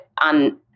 on